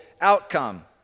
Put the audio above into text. outcome